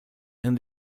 and